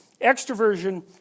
extroversion